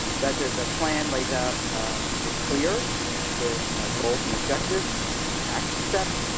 that the the plan laid out is clear with goals and objectives and action steps.